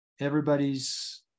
everybody's